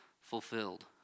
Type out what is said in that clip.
fulfilled